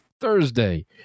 Thursday